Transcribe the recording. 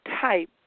type